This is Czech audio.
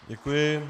Děkuji.